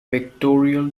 pictorial